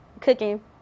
cooking